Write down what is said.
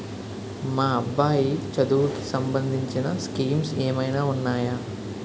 మా అబ్బాయి చదువుకి సంబందించిన స్కీమ్స్ ఏమైనా ఉన్నాయా?